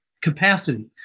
capacity